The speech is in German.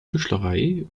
tischlerei